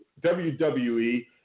WWE